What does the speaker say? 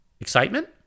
Excitement